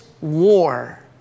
war